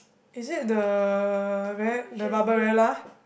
is it the very the Barbarella